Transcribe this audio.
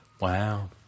Wow